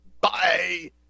Bye